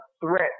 threat